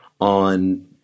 on